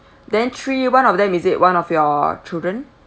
then three one of them is it one of your children